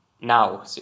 now